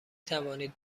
توانید